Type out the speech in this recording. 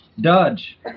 Dodge